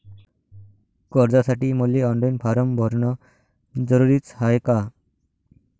कर्जासाठी मले online form भरन जरुरीच हाय का?